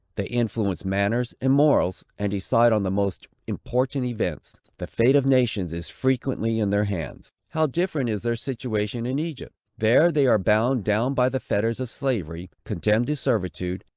they influence manners and morals, and decide on the most important events. the fate of nations is frequently in their hands. how different is their situation in egypt! there they are bound down by the fetters of slavery, condemned to servitude,